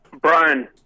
Brian